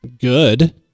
good